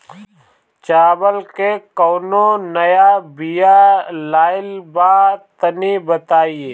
चावल के कउनो नया बिया आइल बा तनि बताइ?